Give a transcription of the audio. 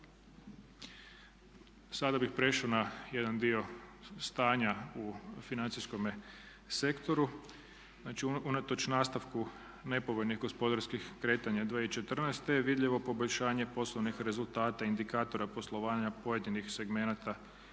Sada bih prešao na jedan dio stanja u financijskome sektoru. Znači unatoč nastavku nepovoljnih gospodarskih kretanja 2014. je vidljivo poboljšanje poslovnih rezultata, indikatora poslovanja pojedinih segmenata